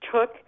took